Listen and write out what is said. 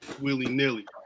willy-nilly